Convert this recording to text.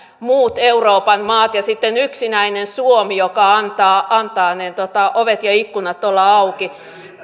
muut euroopan maat ja sitten yksinäinen suomi joka antaa antaa ovien ja ikkunoiden olla auki